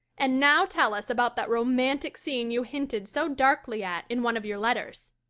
and now tell us about that romantic scene you hinted so darkly at in one of your letters,